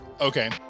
Okay